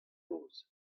noz